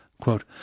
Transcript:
quote